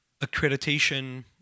accreditation